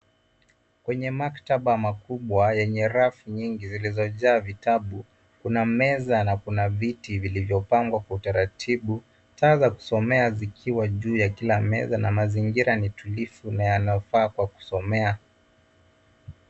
Kwenye maktaba makubwa yenye rafu nyingi zilizojaa vitabu, kuna meza na kuna viti vilivyopangwa kwa utaratibu, taa za kusomea zikiwa juu ya kila meza na mazingira ni tulivu na yanayofaa kwa kusomea.